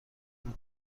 نوع